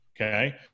Okay